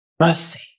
mercy